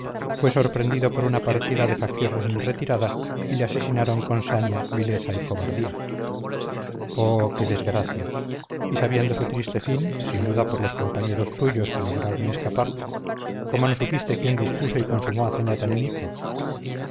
fue sorprendido por una partida de facciosos en retirada y le asesinaron con saña vileza y cobardía oh qué desgracia y sabiendo su triste fin sin duda por los compañeros suyos que lograron escapar cómo no supiste quién dispuso y consumó hazaña tan inicua